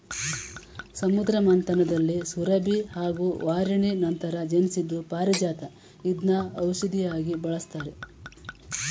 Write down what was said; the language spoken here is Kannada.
ಸಮುದ್ರ ಮಥನದಲ್ಲಿ ಸುರಭಿ ಹಾಗೂ ವಾರಿಣಿ ನಂತರ ಜನ್ಸಿದ್ದು ಪಾರಿಜಾತ ಇದ್ನ ಔಷ್ಧಿಯಾಗಿ ಬಳಸ್ತಾರೆ